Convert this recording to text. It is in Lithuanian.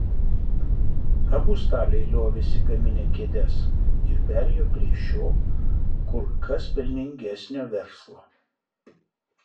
abu staliai liovėsi gaminę kėdes ir perėjo prie šio kur kas pelningesnio verslo